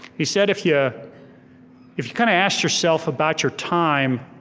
he said if yeah if you kind of asked yourself about your time